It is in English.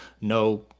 No